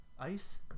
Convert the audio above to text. Ice